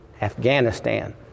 Afghanistan